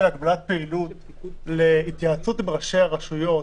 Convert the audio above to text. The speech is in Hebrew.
הגבלת פעילות להתייעצות עם ראשי הרשויות,